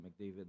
McDavid